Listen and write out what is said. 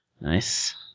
Nice